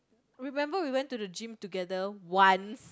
remember we went to the gym together once